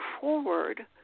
forward